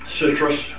citrus